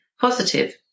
positive